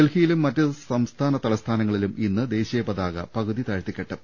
ഡൽഹിയിലും മറ്റ് സംസ്ഥാന തലസ്ഥാനങ്ങളിലും ഇന്ന് ദേശീയപതാക പകുതി താഴ്ത്തിക്കെട്ടും